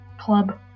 club